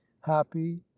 happy